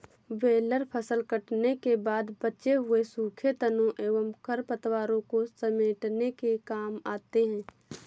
baler फसल कटने के बाद बचे हुए सूखे तनों एवं खरपतवारों को समेटने के काम आते हैं